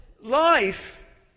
Life